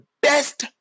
best